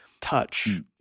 touch